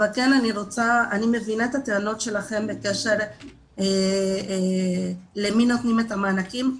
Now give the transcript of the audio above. אבל אני מבינה את הטענות שלכם בקשר למי נותנים את המענקים.